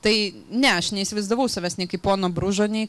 tai ne aš neįsivaizdavau savęs nei kaip pono bružo nei